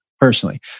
personally